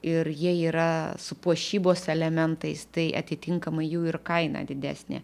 ir jie yra su puošybos elementais tai atitinkamai jų ir kaina didesnė